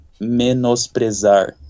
menosprezar